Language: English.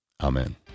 Amen